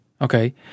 Okay